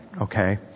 Okay